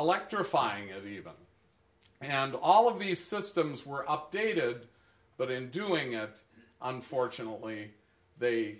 electrifying of the event and all of these systems were updated but in doing it unfortunately they